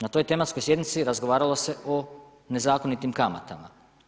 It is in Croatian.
Na toj tematskoj sjednici razgovaralo se o nezakonitim kamatama.